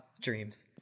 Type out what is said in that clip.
dreams